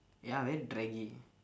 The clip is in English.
ya very draggy